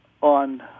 on